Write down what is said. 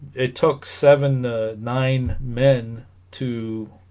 it took seven nine men to